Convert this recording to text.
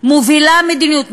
מובילה מדיניות,